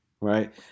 right